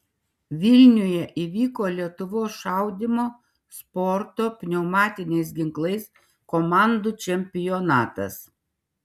vilniuje įvyko lietuvos šaudymo sporto pneumatiniais ginklais komandų čempionatas